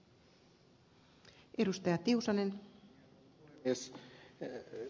arvoisa puhemies